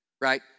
Right